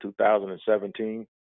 2017